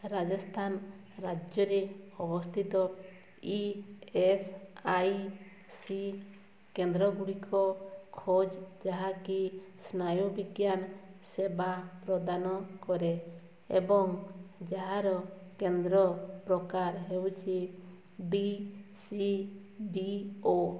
ରାଜସ୍ଥାନ ରାଜ୍ୟରେ ଅବସ୍ଥିତ E S I C କେନ୍ଦ୍ରଗୁଡ଼ିକ ଖୋଜ ଯାହାକି ସ୍ନାୟୁବିଜ୍ଞାନ ସେବା ପ୍ରଦାନ କରେ ଏବଂ ଯାହାର କେନ୍ଦ୍ର ପ୍ରକାର ହେଉଛି ଡି ସି ବି ଓ